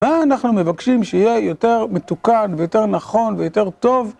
ואנחנו מבקשים שיהיה יותר מתוקן ויותר נכון ויותר טוב